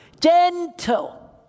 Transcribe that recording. Gentle